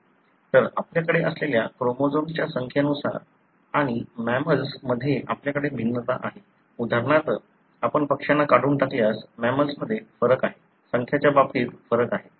तर आपल्याकडे असलेल्या क्रोमोझोम्सच्या संख्येनुसार आणि मॅमल्स मध्ये आपल्याकडे भिन्नता आहे उदाहरणार्थ आपण पक्ष्यांना काढून टाकल्यास मॅमल्समध्ये फरक आहे संख्यांच्या बाबतीत फरक आहे